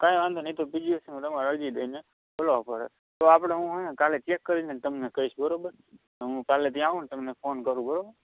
કાંઇ વાંધો નહીં એ તો પી જી વી સી એલમાં તમારે અરજી દઇને બોલાવવા પડે તો આપણે હું છે ને કાલે હું તમને ચેક કરીને તમને કહીશ બરાબર તો હું કાલે ત્યાં આવું ને તમને ફોન કરું બરોબર